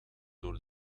door